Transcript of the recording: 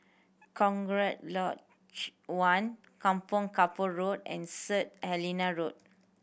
Cochrane Lodge One Kampong Kapor Road and Saint Helena Road